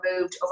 moved